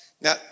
Now